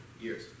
years